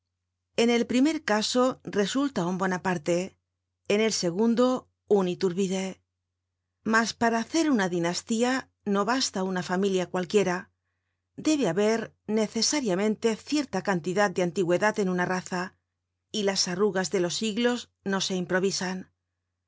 en el primer caso resulta un bonaparte en el segundo un iturbide mas para hacer una dinastía no basta una familia cualquiera debe haber necesariamente cierta cantidad de antigüedad en una raza y las arrugas de los siglos no se improvisan